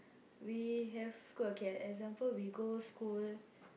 we have school okay example we go school